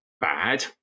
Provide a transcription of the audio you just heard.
bad